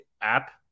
app